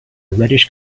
reddish